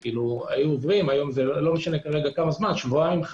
חניכה, שבועיים,